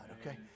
okay